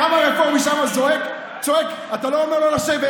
קם הרפורמי משם זועק, צועק, אתה לא אומר לו לשבת.